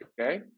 okay